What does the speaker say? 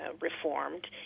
reformed